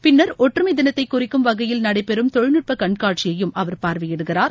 பின்னர் ஒற்றுமை தினத்தை குறிக்கும் வகையில் நடைபெறும் தொழில்நுட்ப கண்காட்சியையும் அவர் பார்வையிடுகிறார்